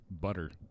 butter